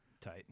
tight